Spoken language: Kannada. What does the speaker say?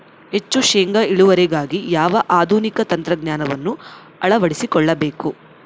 ಹೆಚ್ಚು ಶೇಂಗಾ ಇಳುವರಿಗಾಗಿ ಯಾವ ಆಧುನಿಕ ತಂತ್ರಜ್ಞಾನವನ್ನು ಅಳವಡಿಸಿಕೊಳ್ಳಬೇಕು?